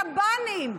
שב"נים.